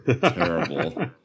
terrible